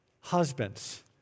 Husbands